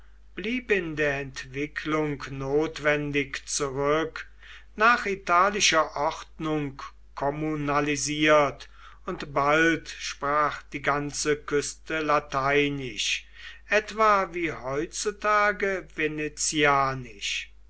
blieb in der entwicklung notwendig zurück nach italischer ordnung kommunalisiert und bald sprach die ganze küste lateinisch etwa wie heutzutage